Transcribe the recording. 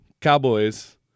Cowboys